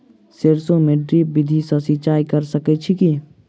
सैरसो मे ड्रिप विधि सँ सिंचाई कऽ सकैत छी की?